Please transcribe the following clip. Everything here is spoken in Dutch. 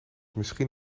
misschien